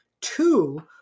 two